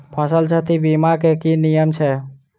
फसल क्षति बीमा केँ की नियम छै?